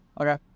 Okay